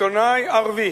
עיתונאי ערבי